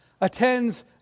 attends